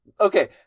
okay